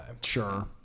Sure